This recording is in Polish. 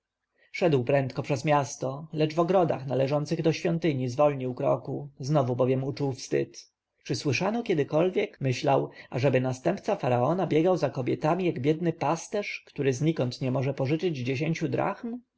szedł prędko przez miasto lecz w ogrodach należących do świątyni zwolnił kroku znowu bowiem uczuł wstyd czy słyszano kiedykolwiek myślał ażeby następca faraona biegał za kobietami jak biedny pisarz który znikąd nie może pożyczyć dziesięciu drachm